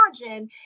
imagine